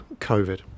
COVID